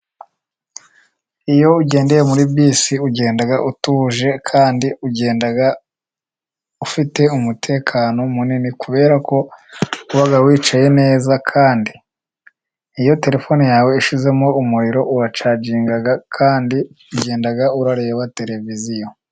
Iyo ugendeye muri bisi ugenda utuje kandi ugenda ufite umutekano munini, kubera ko uba wicaye neza, kandi iyo terefone yawe ishizemo umuriro uracaginga, kandi ugenda urareba tereviziyo.